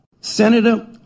Senator